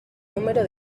número